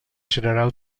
general